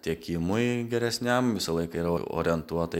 tiekimui geresniam visą laiką yra orientuota